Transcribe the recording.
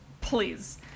please